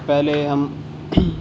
پہلے ہم